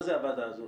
מה זה הוועדה הזאת?